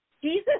Jesus